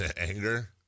anger